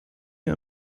mir